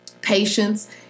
patience